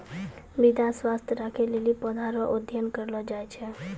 मृदा स्वास्थ्य राखै लेली पौधा रो अध्ययन करलो जाय छै